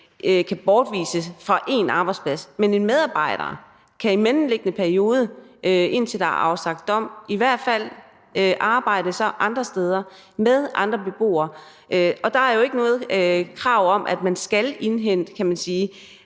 kan bortvises fra en arbejdsplads, men den medarbejder kan i den mellemliggende periode, altså indtil der er afsagt dom, i hvert fald så arbejde andre steder med andre beboere. Og der er jo ikke noget krav om, at man skal indhente oplysninger